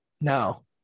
No